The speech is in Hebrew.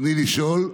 ברצוני לשאול: